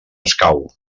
escau